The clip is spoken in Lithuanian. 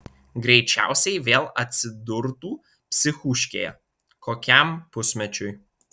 greičiausiai vėl atsidurtų psichūškėje kokiam pusmečiui